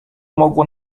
mogło